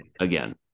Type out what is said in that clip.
again